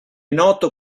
noto